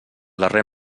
darrer